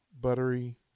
buttery